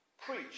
preach